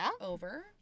over